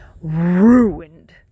Ruined